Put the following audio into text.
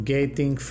Gating